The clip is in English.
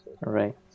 right